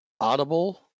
audible